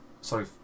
sorry